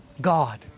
God